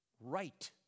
right